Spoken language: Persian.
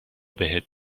بهت